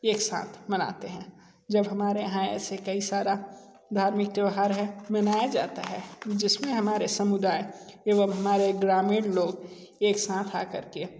एक साथ मनाते हैं जब हमारे यहाँ ऐसे कई सारा धार्मिक त्यौहार है मनाया जाता है जिसमें हमारे समुदाय एवं हमारे ग्रामीण लोग एक साथ आकर के